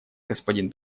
господин